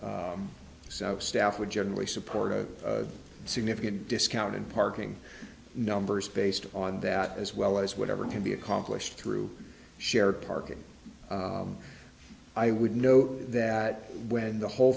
so staff would generally support a significant discount and parking numbers based on that as well as whatever can be accomplished through shared parking i would note that when the whole